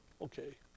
okay